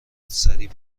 سریع